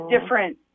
different